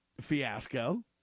fiasco